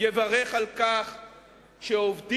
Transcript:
יברך על כך שעובדים,